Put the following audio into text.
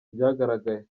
byagaragaye